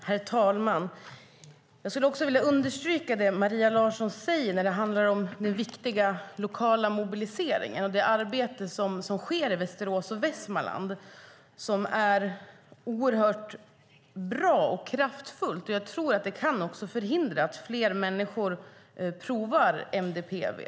Herr talman! Jag skulle vilja understryka det som Maria Larsson säger när det handlar om den viktiga lokala mobiliseringen och det arbete som sker i Västerås och Västmanland, som är oerhört bra och kraftfullt. Jag tror att det också kan förhindra att fler människor provar MDPV.